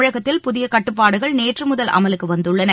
தமிழகத்தில் புதிய கட்டுப்பாடுகள் நேற்று முதல் அமலுக்கு வந்தள்ளன